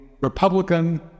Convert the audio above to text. Republican